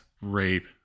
rape